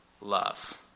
love